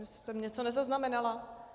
To jsem něco nezaznamenala.